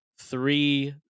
three